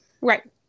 Right